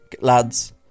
Lads